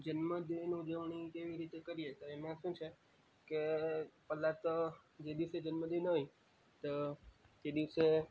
જન્મદિન ઉજવણી કેવી રીતે કરીએ તો એમાં શું છે કે પહેલાં તો જે દિવસે જન્મદિવસ હોય તો તે દિવસે